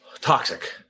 toxic